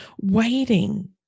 waiting